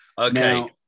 Okay